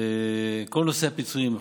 כל נושא הפיצויים,